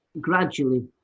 gradually